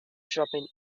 dropping